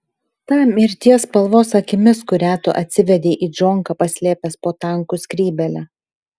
ta mirties spalvos akimis kurią tu atsivedei į džonką paslėpęs po tankų skrybėle